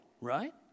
right